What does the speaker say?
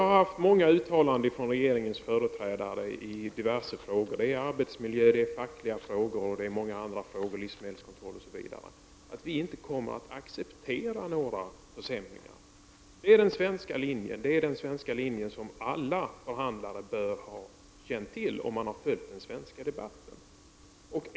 Företrädare för regeringen har gjort många uttalanden i diverse frågor, rörande t.ex. arbetsmiljö, fackföreningar och livsmedelskontroll. Dessa uttalanden har gått ut på att Sverige inte kommer att acceptera några försämringar. Detta är den svenska linjen, den som alla förhandlare bör ha känt till om de följt den svenska debatten.